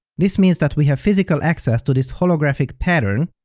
this means that we have physical access to this holographic pattern,